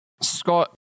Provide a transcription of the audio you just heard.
Scott